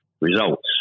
results